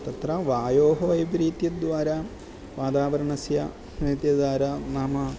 तत्र वायोः वैपरीत्यद्वारा वातावरणस्य रीत्यद्वारा नाम